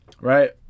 right